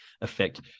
affect